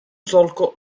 solco